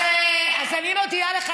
אז אני מודיעה לך,